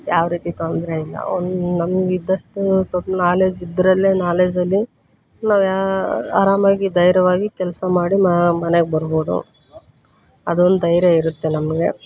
ಯಾವ ರೀತಿ ತೊಂದರೆ ಇಲ್ಲ ಒಂದು ನಮ್ಗೆ ಇದ್ದಷ್ಟು ಸಲ್ಪ್ ನಾಲೆಜ್ ಇದರಲ್ಲೇ ನಾಲೆಜಲ್ಲಿ ನಾವು ಯಾ ಆರಾಮಾಗಿ ಧೈರ್ಯವಾಗಿ ಕೆಲಸ ಮಾಡಿ ಮನೆಗೆ ಬರ್ಬೋದು ಅದೊಂದು ಧೈರ್ಯ ಇರುತ್ತೆ ನಮಗೆ